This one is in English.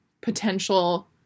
potential